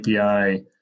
api